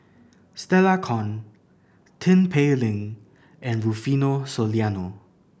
Stella Kon Tin Pei Ling and Rufino Soliano